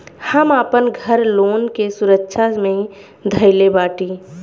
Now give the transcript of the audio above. हम आपन घर लोन के सुरक्षा मे धईले बाटी